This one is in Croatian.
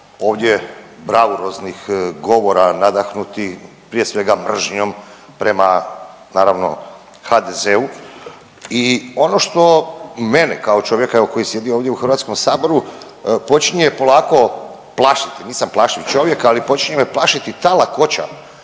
ovdje bravuroznih govora nadahnutih prije svega mržnjom prema naravno HDZ-u i ono što mene kao čovjeka evo koji sjedi ovdje u HS-u počinje polako plašiti, nisam plašljiv čovjek, ali počinje me plašiti ta lakoća